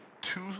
two